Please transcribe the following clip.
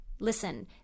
listen